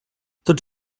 tots